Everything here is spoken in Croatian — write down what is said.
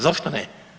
Zašto ne?